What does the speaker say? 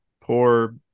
poor